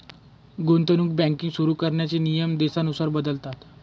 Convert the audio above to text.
गुंतवणूक बँकिंग सुरु करण्याचे नियम देशानुसार बदलतात